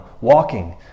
walking